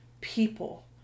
people